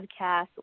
podcast